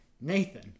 Nathan